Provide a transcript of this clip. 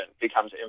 becomes